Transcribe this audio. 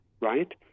right